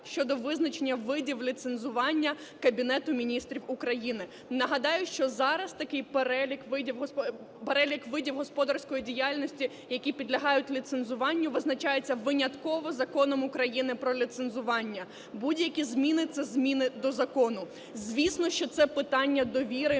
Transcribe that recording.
щодо визначення видів ліцензування Кабінету Міністрів України. Нагадаю, що зараз такий перелік видів господарської діяльності, які підлягають ліцензуванню, визначається винятково Законом України про ліцензування. Будь-які зміни – це зміни до закону. Звісно, що це питання довіри